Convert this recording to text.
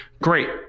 Great